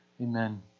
Amen